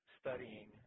studying